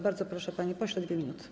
Bardzo proszę, panie pośle, 2 minuty.